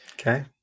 okay